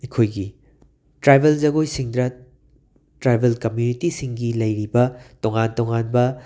ꯑꯩꯈꯣꯏꯒꯤ ꯇ꯭ꯔꯥꯏꯕꯦꯜ ꯖꯒꯣꯏꯁꯤꯡꯗ ꯇ꯭ꯔꯥꯏꯕꯦꯜ ꯀꯝꯃ꯭ꯌꯨꯅꯤꯇꯤꯁꯤꯡꯒꯤ ꯂꯩꯔꯤꯕ ꯇꯣꯉꯥꯟ ꯇꯣꯉꯥꯟꯕ